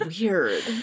Weird